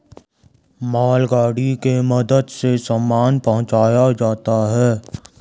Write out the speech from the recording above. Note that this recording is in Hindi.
मालगाड़ी के मदद से सामान पहुंचाया जाता है